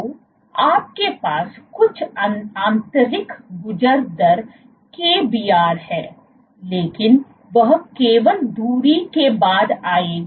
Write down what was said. तो आपके पास कुछ आंतरिक गुजर दर kbr है लेकिन वह केवल दूरी के बाद आएगी